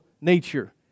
nature